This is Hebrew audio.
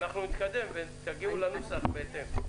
נתקדם ותגיעו לנוסח בהתאם.